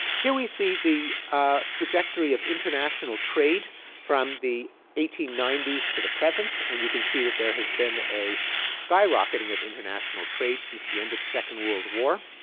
here we see the ah trajectory of international trade from the eighteen ninety s to the present. and you can see that there has been a skyrocketing of international trade since the end of the second world war.